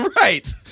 Right